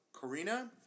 Karina